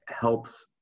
Helps